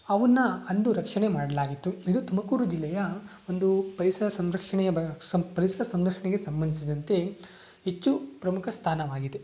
ಅವನ್ನು ಅಂದು ರಕ್ಷಣೆ ಮಾಡ್ಲಾಗಿತ್ತು ಇದು ತುಮಕೂರು ಜಿಲ್ಲೆಯ ಒಂದು ಪರಿಸರ ಸಂರಕ್ಷಣೆಯ ಬ ಸಂ ಪರಿಸರ ಸಂರಕ್ಷಣೆಗೆ ಸಂಬಂಧಿಸಿದಂತೆ ಹೆಚ್ಚು ಪ್ರಮುಖ ಸ್ಥಾನವಾಗಿದೆ